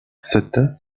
ستة